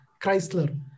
Chrysler